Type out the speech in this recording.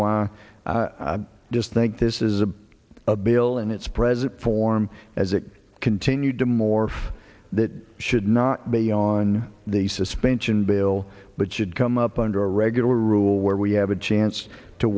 why i just think this is a a bill in its present form as it continued to morph that should not be on the suspension bill but should come up under a regular rule where we have a chance to